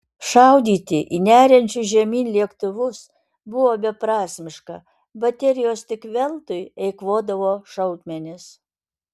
šaudyti į neriančius žemyn lėktuvus buvo beprasmiška baterijos tik veltui eikvodavo šaudmenis